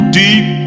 deep